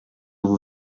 vous